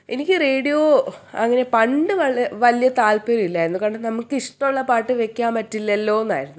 എനിക്ക് റേഡിയോ അങ്ങനെ പണ്ട് വലിയൊരു താത്പര്യം ഇല്ലായിരുന്നു കാരണം നമുക്കിഷ്ടമുള്ള പാട്ടു വെക്കാൻ പറ്റില്ലല്ലോയെന്നായിരുന്നു